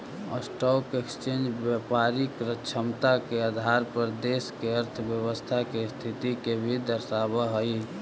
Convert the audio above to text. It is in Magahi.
स्टॉक एक्सचेंज व्यापारिक क्षमता के आधार पर देश के अर्थव्यवस्था के स्थिति के भी दर्शावऽ हई